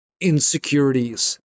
insecurities